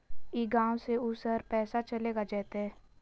ई गांव से ऊ शहर पैसा चलेगा जयते?